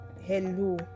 Hello